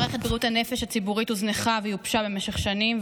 מערכת בריאות הנפש הציבורית הוזנחה ויובשה במשך שנים,